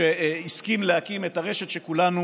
שהסכים להקים את הרשת שכולנו